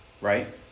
Right